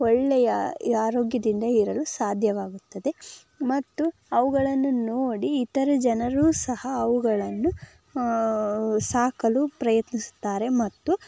ಒಳ್ಳೆಯ ಆರೋಗ್ಯದಿಂದ ಇರಲು ಸಾಧ್ಯವಾಗುತ್ತದೆ ಮತ್ತು ಅವುಗಳನ್ನು ನೋಡಿ ಇತರ ಜನರೂ ಸಹ ಅವುಗಳನ್ನು ಸಾಕಲು ಪ್ರಯತ್ನಿಸುತ್ತಾರೆ ಮತ್ತು